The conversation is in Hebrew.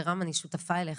ורם אני שותפה אליך,